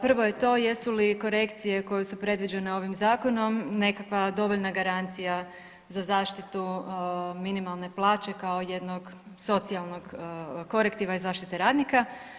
Prvo je to jesu li korekcije koje su predviđene ovim zakonom nekakva dovoljna garancija za zaštitu minimalne plaće kao jednog socijalnog korektiva i zaštite radnika.